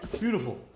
beautiful